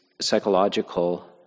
psychological